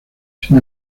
sin